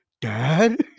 dad